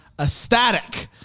ecstatic